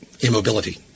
immobility